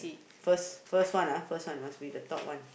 first first one ah first one must be the top one